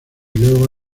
luego